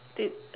did